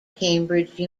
cambridge